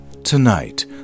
Tonight